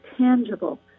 tangible